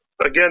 Again